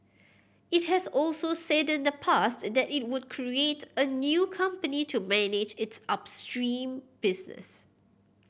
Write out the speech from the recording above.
it has also said in the past that it would create a new company to manage its upstream business